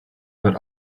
but